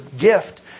gift